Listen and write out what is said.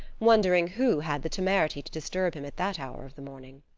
wondering who had the temerity to disturb him at that hour of the morning.